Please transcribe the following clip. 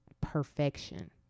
perfection